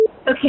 Okay